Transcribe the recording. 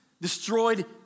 destroyed